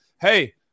hey